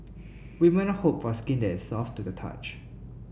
women hope for skin that is soft to the touch